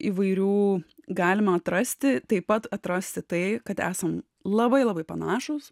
įvairių galima atrasti taip pat atrasti tai kad esam labai labai panašūs